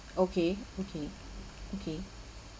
okay okay okay